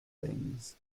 things